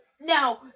Now